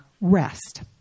rest